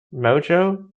mojo